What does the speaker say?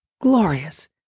Glorious